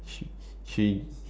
she she